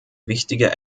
wichtige